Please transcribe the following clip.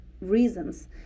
reasons